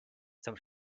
zum